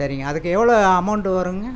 சரிங்க அதுக்கு எவ்வளோ அமௌண்ட்டு வருங்க